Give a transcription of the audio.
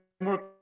more